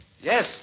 Yes